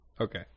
Okay